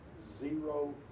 Zero